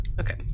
Okay